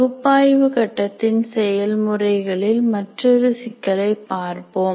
பகுப்பாய்வு கட்டத்தின் செயல்முறையில் மற்றொரு சிக்கலை பார்ப்போம்